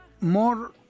more